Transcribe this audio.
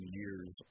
years